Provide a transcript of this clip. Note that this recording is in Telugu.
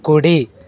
కుడి